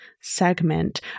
segment